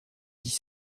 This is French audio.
dix